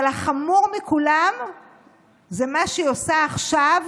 אבל החמור מכולן זה מה שהיא עושה עכשיו